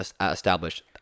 established